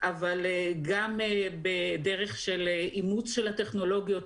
אבל גם בדרך של אימוץ של הטכנולוגיות